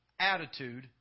attitude